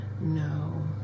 no